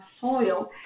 soil